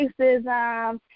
racism